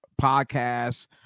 podcasts